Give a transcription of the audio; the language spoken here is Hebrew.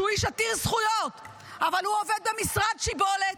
שהוא איש עתיר זכויות אבל הוא עובד במשרד שבלת,